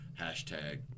hashtag